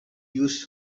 used